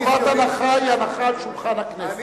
חובת הנחה היא הנחה על שולחן הכנסת,